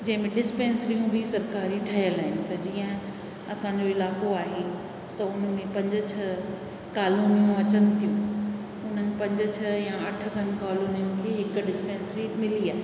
जंहिंमे डिस्पैंसरियूं में बि सरकारी ठहियल आहिनि त जीअं असांजो इलाइक़ो आहे त उन में पंज छह कालोनियू अचन थियूं उन्हनि पंज छह या अठ खनि कॉलिनियुनि खे हिकु डिस्पैंसरी मिली आहे